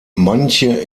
manche